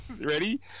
ready